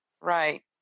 Right